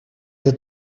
для